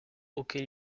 auquel